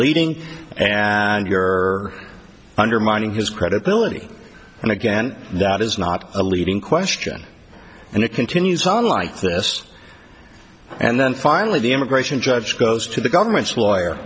leading and you're undermining his credibility and again that is not a leading question and it continues on like this and then finally the immigration judge goes to the government's lawyer